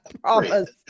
promise